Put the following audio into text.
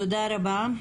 תודה רבה,